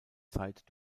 zeit